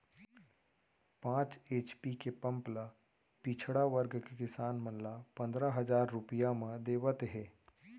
पांच एच.पी के पंप ल पिछड़ा वर्ग के किसान मन ल पंदरा हजार रूपिया म देवत हे